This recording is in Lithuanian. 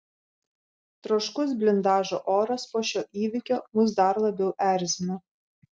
troškus blindažo oras po šio įvykio mus dar labiau erzina